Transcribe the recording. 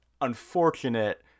unfortunate